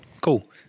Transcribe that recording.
cool